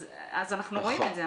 אנחנו רואים את זה.